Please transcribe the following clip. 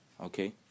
okay